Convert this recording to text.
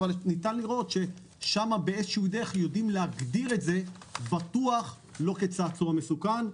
אבל ניתן לראות ששם באיזה דרך יודעים להגדיר את זה לא כצעצוע מסוכן,